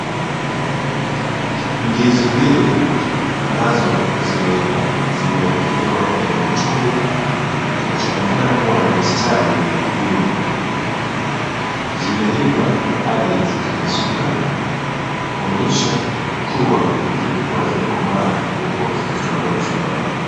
Ndizi mbili ambazo zimeiva, zimewekelewa kwenye chombo kinachoonekana kuwa na mistari wima zimeiva hadi zikapasuka kuonyesha kuwa zilikuwa zimekomaa zilipokuwa zikitolewa shambani.